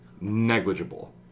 negligible